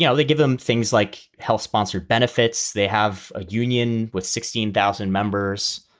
yeah they give them things like health sponsored benefits. they have a union with sixteen thousand members.